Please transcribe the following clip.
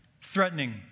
threatening